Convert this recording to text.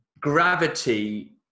gravity